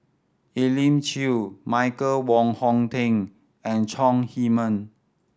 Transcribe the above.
Elim Chew Michael Wong Hong Teng and Chong Heman